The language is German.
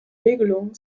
regelungen